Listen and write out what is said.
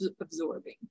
absorbing